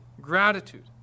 gratitude